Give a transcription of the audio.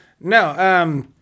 No